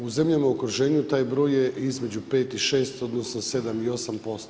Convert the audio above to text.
U zemljama u okruženju taj broj je između 5 i 6 odnosno 7 i 8%